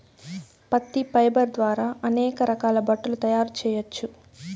పత్తి ఫైబర్ ద్వారా అనేక రకాల బట్టలు తయారు చేయచ్చు